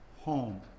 home